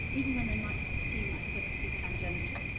even when they might seem at first to be tangenital.